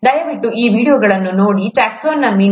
ದಯವಿಟ್ಟು ಆ ವೀಡಿಯೊಗಳನ್ನು ನೋಡಿ ಟಕ್ಸಾನಮಿ'Taxonomy'